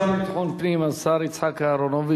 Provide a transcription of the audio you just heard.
השר לביטחון פנים, השר אהרונוביץ,